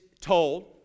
told